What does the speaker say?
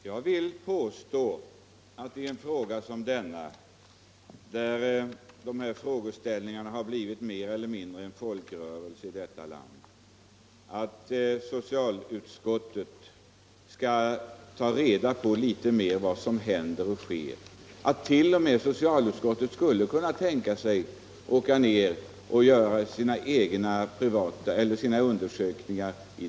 Herr talman! Jag vill i en fråga som denna, där så många människor engagerar sig och som blivit mer eller mindre en folkrörelse i detta land, föreslå socialutskottet att litet bättre ta reda på vad som händer och sker. Socialutskottet kanske t.o.m. skulle kunna tänkas åka ner för att göra vissa undersökningar.